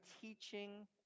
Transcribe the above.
teaching